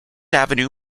avenue